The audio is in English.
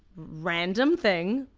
random thing,